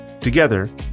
Together